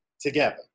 together